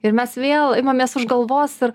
ir mes vėl imamės už galvos ir